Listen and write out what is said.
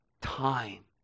time